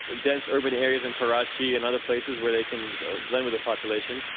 dense urban areas in karachi and other places where they can blend with the population.